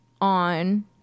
on